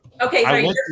okay